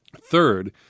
Third